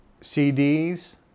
CDs